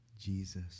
Jesus